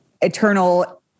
eternal